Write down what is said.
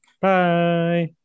Bye